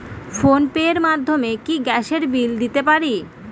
Phone pay র মাধ্যমে কি গ্যাসের বিল দিতে পারি?